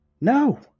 No